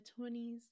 20s